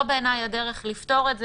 בעיניי זו הדרך לפתור את זה.